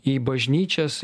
į bažnyčias